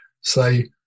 Say